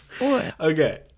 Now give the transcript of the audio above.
Okay